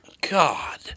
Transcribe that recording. God